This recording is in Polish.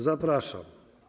Zapraszam.